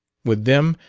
with them,